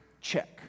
Check